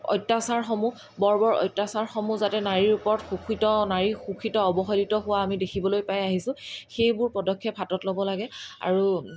অত্যাচাৰসমূহ বৰ্বৰ অত্যাচাৰসমূহ যাতে নাৰীৰ ওপৰত শোষিত নাৰী শোষিত অৱহেলিত হোৱা আমি দেখিবলৈ পাই আহিছোঁ সেইবোৰ পদক্ষেপ হাতত ল'ব লাগে আৰু